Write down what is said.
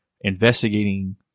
investigating